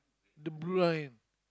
the blue line